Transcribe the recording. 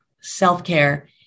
self-care